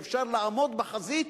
אפשר לעמוד בחזית